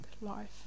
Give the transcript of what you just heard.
life